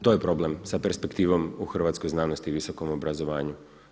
To je problem sa perspektivom u hrvatskoj znanosti i visokom obrazovanju.